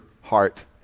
heart